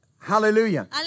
Hallelujah